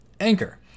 Anchor